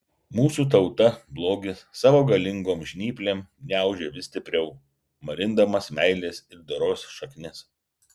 mūsų tautą blogis savo galingom žnyplėm gniaužia vis stipriau marindamas meilės ir doros šaknis